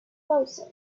closer